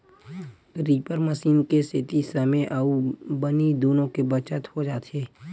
reaper machine के सेती समे अउ बनी दुनो के बचत हो जाथे